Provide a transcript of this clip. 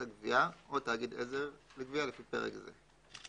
הגבייה או תאגיד עזר לגבייה לפי פרק זה,